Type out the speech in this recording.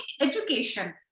education